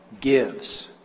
gives